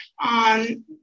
on